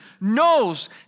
knows